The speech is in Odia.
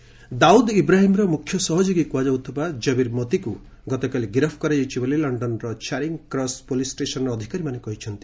ଦାଉଦ୍ ଆରେଷ୍ଟେଡ୍ ଦାଉଦ୍ ଇବ୍ରାହିମ୍ର ମୁଖ୍ୟ ସହଯୋଗୀ କୁହାଯାଉଥିବା ଜବୀର ମୋତିକୁ ଗତକାଲି ଗିରଫ କରାଯାଇଛି ବୋଲି ଲଣ୍ଡନର ଚାରିଙ୍ଗ୍ କ୍ରସ୍ ପୋଲିସ୍ ଷ୍ଟେସନ୍ର ଅଧିକାରୀମାନେ କହିଛନ୍ତି